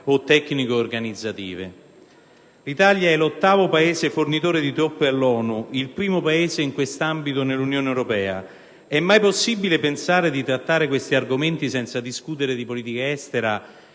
o tecnico-organizzative. L'Italia è l'ottavo Paese fornitore di truppe all'ONU e il primo Paese in questo ambito dell'Unione europea. È mai possibile pensare di trattare questi argomenti senza discutere di politica estera